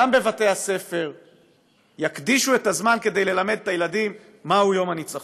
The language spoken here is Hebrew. גם בבתי-הספר יקדישו את הזמן כדי ללמד את הילדים מהו יום הניצחון.